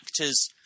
actors